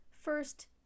First